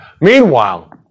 Meanwhile